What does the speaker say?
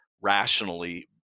rationally